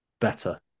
better